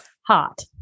Hot